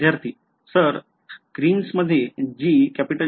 विध्यार्थी screen मध्ये G कुठे मिळेल